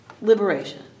liberation